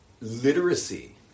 literacy